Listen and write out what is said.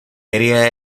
area